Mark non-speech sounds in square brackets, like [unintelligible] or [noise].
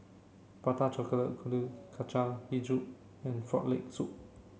Prata [unintelligible] Kuih Kacang Hijau and frog leg soup